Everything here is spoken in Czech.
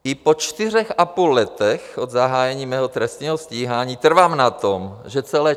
I po čtyřech a půl letech od zahájení mého trestního stíhání trvám na tom, že celé